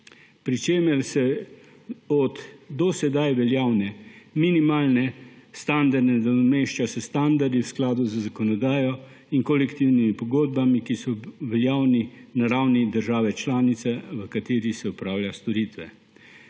pri čemer se do sedaj veljavne minimalne standarde nadomešča s standardi v skladu z zakonodajo in kolektivnimi pogodbami, ki so veljavni na ravni države članice, v kateri se opravljajo storitve.